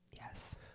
Yes